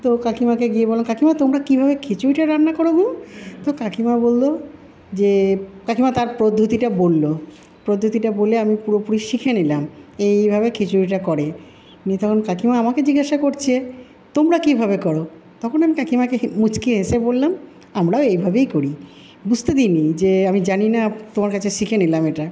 তো কাকিমাকে গিয়ে বললাম কাকিমা তোমরা কিভাবে খিচুড়ি টা রান্না করো গো তো কাকিমা বলল যে কাকিমা তার পদ্ধতিটা বলল পদ্ধতিটা বলে আমি পুরোপুরি শিখে নিলাম এইভাবে খিচুড়িটা করে নিয়ে তখন কাকিমা আমাকে জিজ্ঞাসা করছে তোমরা কিভাবে করো তখন আমি কাকিমাকে মুচকি হেসে বললাম আমরাও এইভাবেই করি বুঝতে দি নি যে আমি জানি না তোমার কাছে শিখে নিলাম এটা